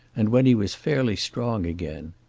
and when he was fairly strong again.